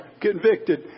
convicted